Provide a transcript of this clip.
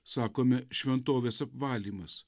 sakome šventovės apvalymas